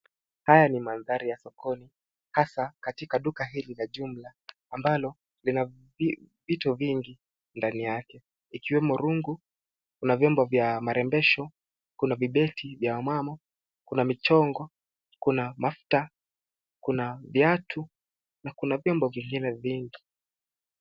Haya ni mandhari ya sokoni hasa katika duka hili la jumla ambalo lina vitu vingi ndani yake, ikiwemo rungu. Kuna vyombo vya marembesho, kuna vibeti vya wamama, kuna michongo, kuna mafuta, kuna viatu na kuna vyombo vingine vingi.